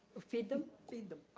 ah feed them? feed them.